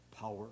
power